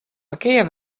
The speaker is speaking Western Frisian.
ferkear